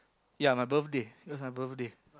ya my birthday it was my birthday